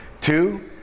Two